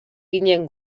ginen